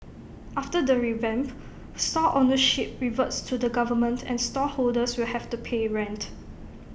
after the revamp stall ownership reverts to the government and stall holders will have to pay rent